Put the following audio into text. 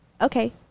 Okay